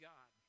God